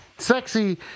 sexy